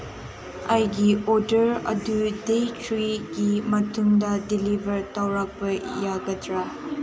ꯑꯩꯒꯤ ꯑꯣꯔꯗꯔ ꯑꯗꯨ ꯗꯦ ꯊ꯭ꯔꯤꯒꯤ ꯃꯇꯨꯡꯗ ꯗꯤꯂꯤꯕꯔ ꯇꯧꯔꯛꯄ ꯌꯥꯒꯗ꯭ꯔꯥ